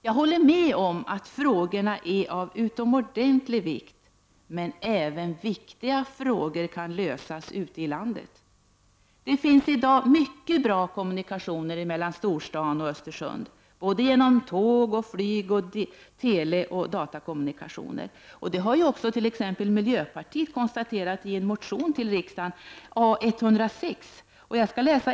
Jag håller med om att frågorna är av utomordentlig vikt, men även viktiga frågor kan lösas ute i landet. Det finns i dag mycket bra kommunikationer mellan storstaden och Östersund, både genom tåg, flyg samt teleoch datakommunikationer. Det har också miljöpartiet konstaterat i motion A106.